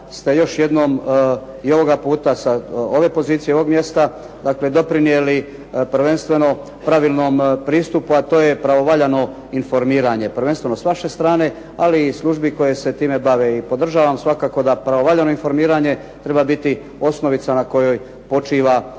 ste još jednom i ovoga puta sa ove pozicije i ovog mjesta dakle doprinijeli prvenstveno pravilnom pristupu, a to je pravovaljano informiranje prvenstveno s vaše strane, ali i službi koje se time bave i podržavam svakako da pravovaljano informiranje treba biti osnovica na kojoj počiva i